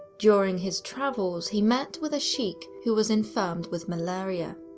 during his travels he met with a sheikh who was infirmed with malaria.